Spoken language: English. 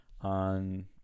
on